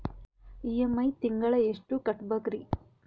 EMI ತಿಂಗಳ ಎಷ್ಟು ಕಟ್ಬಕ್ರೀ?